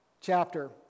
chapter